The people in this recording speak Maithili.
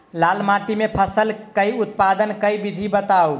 लाल माटि मे फसल केँ उत्पादन केँ विधि बताऊ?